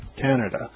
Canada